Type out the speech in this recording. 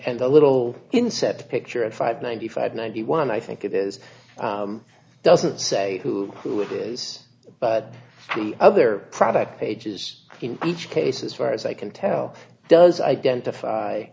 and the little inset picture at five ninety five ninety one i think it is doesn't say who who it is but the other product pages in each case as far as i can tell does identify